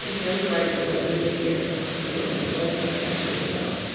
and very grateful that we were here at the hospital and it all worked out really well.